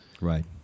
Right